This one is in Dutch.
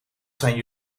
zijn